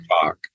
talk